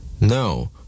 No